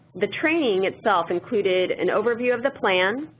the training itself included an overview of the plan,